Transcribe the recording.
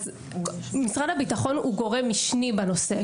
משרד הביטחון הוא גורם משני בנושא.